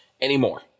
anymore